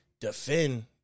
defend